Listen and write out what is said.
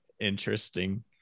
Interesting